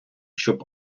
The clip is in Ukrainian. щоб